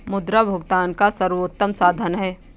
मुद्रा भुगतान का सर्वोत्तम साधन है